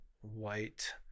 white